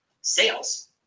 Sales